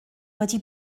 wedi